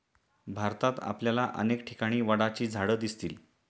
भारतात आपल्याला अनेक ठिकाणी वडाची झाडं दिसतील